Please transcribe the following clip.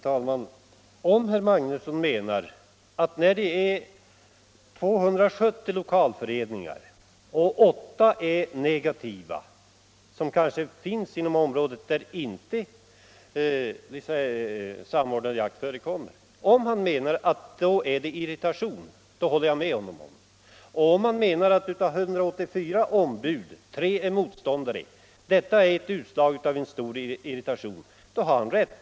Herr talman! Om herr Magnusson i Kristinehamn menar att det är ett uttryck för irritation att åtta lokalföreningar av 270 är negativa — och de åtta föreningarna kanske inte ens finns inom områden där samordnad jakt förekommer — så håller jag med om det. Och menar herr Magnusson att om tre ombud av 184 är motståndare är det utslag av stark irritation, så har han rätt.